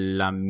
la